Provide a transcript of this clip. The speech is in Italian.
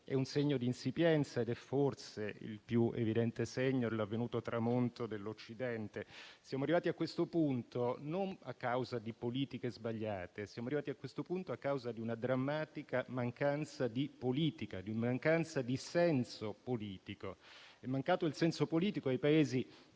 è un segno di insipienza ed è forse il più evidente segno dell'avvenuto tramonto dell'Occidente. Siamo arrivati a questo punto non a causa di politiche sbagliate, ma a causa di una drammatica mancanza di politica, di senso politico. È mancato il senso politico ai Paesi della